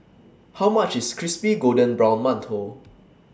How much IS Crispy Golden Brown mantou